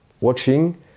watching